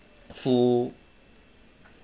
full